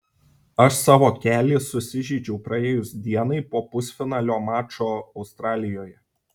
aš savo kelį susižeidžiau praėjus dienai po pusfinalio mačo australijoje